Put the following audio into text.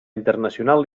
internacional